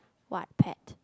what pet